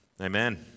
Amen